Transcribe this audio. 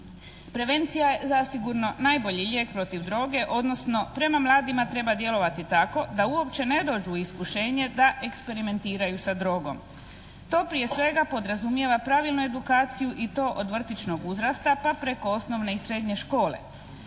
Prevencija je zasigurno najbolji lijek protiv droge, odnosno prema mladima treba djelovati tako da uopće ne dođu u iskušenje da eksperimentiraju sa drogom. To prije svega podrazumijeva pravilnu edukaciju i to od vrtićnog uzrasta pa preko osnovne i srednje škole.